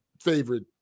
favorite